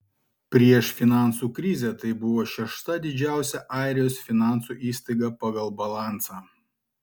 prieš finansų krizę tai buvo šešta didžiausia airijos finansų įstaiga pagal balansą